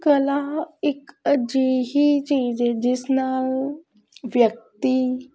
ਕਲਾ ਇੱਕ ਅਜਿਹੀ ਚੀਜ਼ ਹੈ ਜਿਸ ਨਾਲ ਵਿਅਕਤੀ